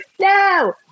No